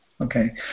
Okay